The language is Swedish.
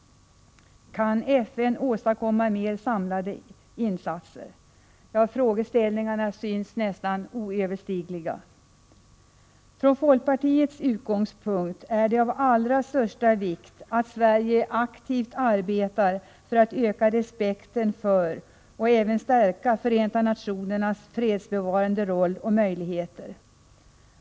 Kan FN åstadkomma mer samlade insatser? Problemen synes nästan oöverstigliga. Från folkpartiets utgångspunkt är det av allra största vikt att Sverige aktivt arbetar för att öka respekten för — och även stärka — Förenta nationernas fredsbevarande roll och möjligheter.